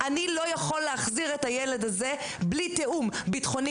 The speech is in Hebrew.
"אני לא יכול להחזיר את הילד את הזה בלי תיאום ביטחוני